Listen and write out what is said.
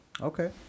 Okay